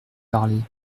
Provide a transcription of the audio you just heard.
parler